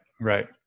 right